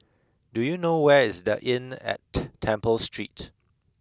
do you know where is the Inn at Temple Street